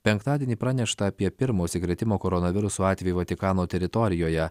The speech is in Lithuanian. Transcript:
penktadienį pranešta apie pirmą užsikrėtimo koronavirusu atvejį vatikano teritorijoje